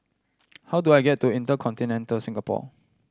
how do I get to InterContinental Singapore